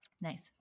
Nice